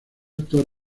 actuar